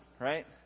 right